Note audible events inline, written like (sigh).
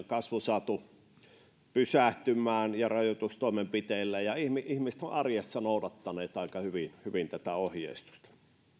(unintelligible) kasvu saatu pysähtymään rajoitustoimenpiteillä ja ihmiset ovat arjessa noudattaneet aika hyvin hyvin tätä ohjeistusta